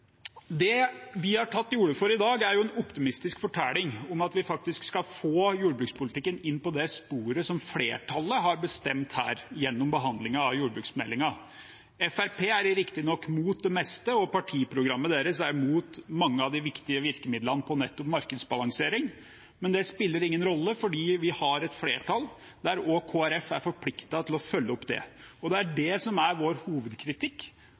det andre: Det vi har tatt til orde for i dag, er en optimistisk fortelling om at vi faktisk skal få jordbrukspolitikken inn på det sporet som flertallet har bestemt her gjennom behandlingen av landbruksmeldingen. Fremskrittspartiet er riktignok imot det meste, og partiprogrammet deres er imot mange av de viktige virkemidlene for nettopp markedsbalansering. Men det spiller ingen rolle, for vi har et flertall, og også Kristelig Folkeparti er forpliktet til å følge opp det. Det er det som er vår hovedkritikk,